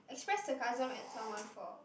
express sarcasm at someone for